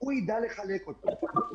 הוא ידע לחלק אותו.